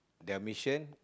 their mission